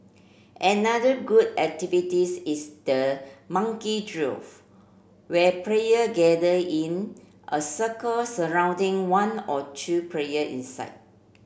another good activities is the monkey drill where player gather in a circle surrounding one or two player inside